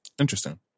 Interesting